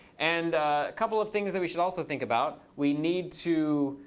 and a couple of things that we should also think about. we need to